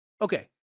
Okay